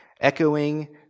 echoing